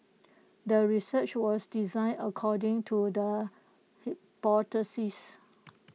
the research was designed according to the hypothesis